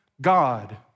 God